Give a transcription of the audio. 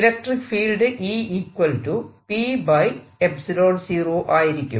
electric field ആയിരിക്കും